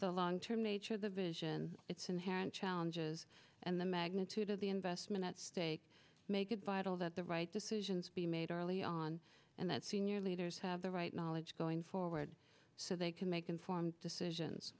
the long term nature of the vision its inherent challenges and the magnitude of the investment at stake make it vital that the right decisions be made early on and that senior leaders have the right knowledge going forward so they can make informed decisions